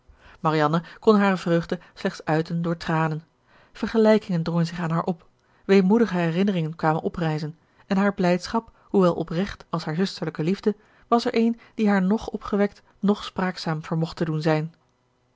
marianne kon hare vreugde slechts uiten door tranen vergelijkingen drongen zich aan haar op weemoedige herinneringen kwamen oprijzen en hare blijdschap hoewel oprecht als haar zusterlijke liefde was er eene die haar noch opgewekt noch spraakzaam vermocht te doen zijn